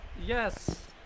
Yes